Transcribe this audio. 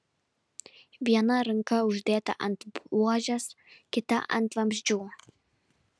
viena ranka uždėta ant buožės kita ant vamzdžių